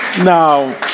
Now